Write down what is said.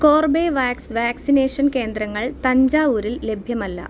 Corbevax vaccination കേന്ദ്രങ്ങൾ തഞ്ചാവൂരിൽ ലഭ്യമല്ല